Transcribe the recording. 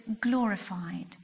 glorified